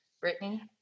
Brittany